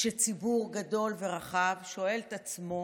כשציבור גדול ורחב שואל את עצמו: